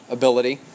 ability